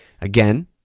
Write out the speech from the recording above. Again